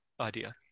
idea